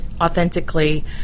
authentically